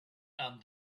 and